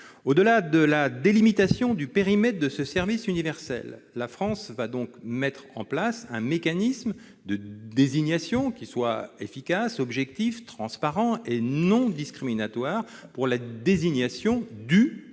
Au-delà de la délimitation du périmètre de ce service universel, la France doit mettre en place un mécanisme de désignation efficace, objectif, transparent et non discriminatoire pour la désignation du